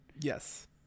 Yes